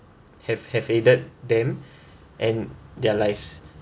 have have aided them and their lives